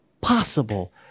possible